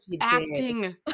acting